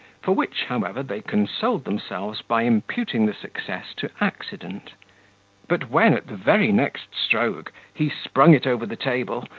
for which, however, they consoled themselves by imputing the success to accident but when, at the very next stroke, he sprung it over the table,